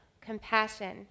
compassion